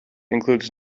includes